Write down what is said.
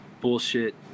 bullshit